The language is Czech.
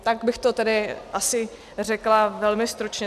Tak bych to tedy asi řekla velmi stručně.